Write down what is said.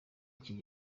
iki